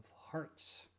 hearts